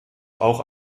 auch